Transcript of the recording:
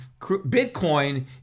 bitcoin